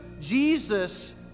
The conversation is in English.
Jesus